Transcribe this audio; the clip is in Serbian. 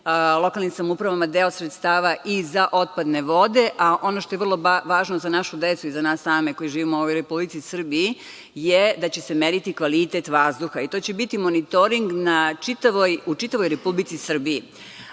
lokalnim samoupravama deo sredstava i za otpadne vode, a ono što je vrlo važno za našu decu i za nas same koji živimo u Republici Srbiji je da će se meriti kvalitet vazduha i to će biti monitoring u čitavoj Republici Srbiji. Ono